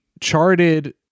charted